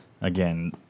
again